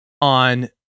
on